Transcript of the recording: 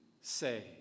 say